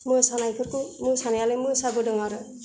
मोसानायफोरखौ मोसानायालाय मोसा बोदों आरो